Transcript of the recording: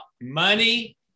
money